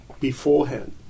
beforehand